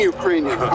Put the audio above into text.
Ukrainian